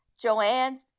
Joanne